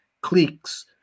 cliques